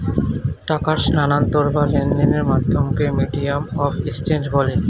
টাকার স্থানান্তর বা লেনদেনের মাধ্যমকে মিডিয়াম অফ এক্সচেঞ্জ বলে